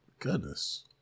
Goodness